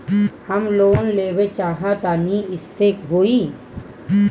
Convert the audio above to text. हम लोन लेवल चाह तानि कइसे होई?